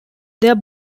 their